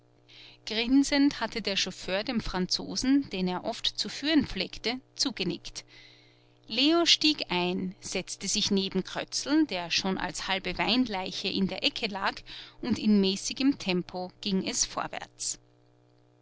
grinsend hatte der chauffeur dem franzosen den er oft zu führen pflegte zugenickt leo stieg ein setzte sich neben krötzl der schon als halbe weinleiche in der ecke lag und in mäßigem tempo ging es vorwärts